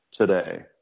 today